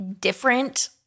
different